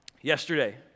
yesterday